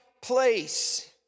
place